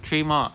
three more